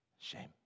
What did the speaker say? Shame